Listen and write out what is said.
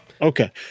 Okay